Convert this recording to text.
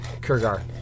Kurgar